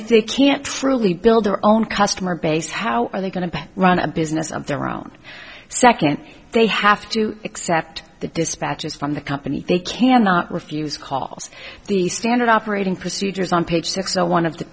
if they can't truly build their own customer base how are they going to run a business of their own second they have to accept the dispatches from the company they cannot refuse calls the standard operating procedures on page six zero one of the